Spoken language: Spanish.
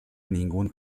ningún